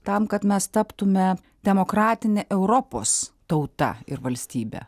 tam kad mes taptume demokratine europos tauta ir valstybe